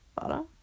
Bottom